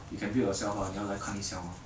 you can build yourself lah 你要来看一下吗